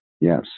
Yes